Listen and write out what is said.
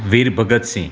Veer Bhagat Singh